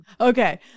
Okay